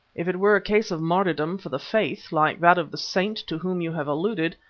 if it were a case of martyrdom for the faith, like that of the saint to whom you have alluded,